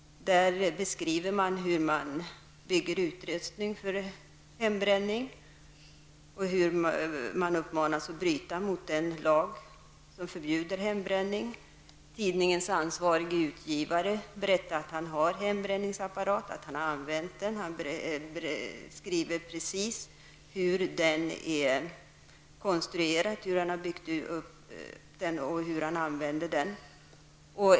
Där beskrivs hur man bygger utrustning för hembränning. Där uppmanas man att bryta mot den lag som förbjuder hembränning. Tidningens ansvarige utgivare berättar att han har hembränningsapparat, att han har använt den och han beskriver precis hur den är konstruerad, hur han har byggt den och hur han använder den.